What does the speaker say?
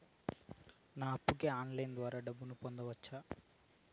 నా అప్పుకి ఆన్లైన్ ద్వారా డబ్బును పంపొచ్చా